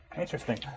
interesting